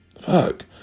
Fuck